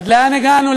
עד לאן הגענו?